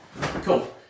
Cool